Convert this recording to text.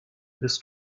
bist